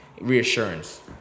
reassurance